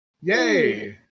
Yay